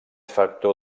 factor